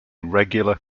regular